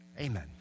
Amen